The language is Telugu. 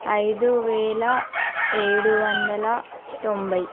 ఐదు వేల ఏడు వందల తొంభై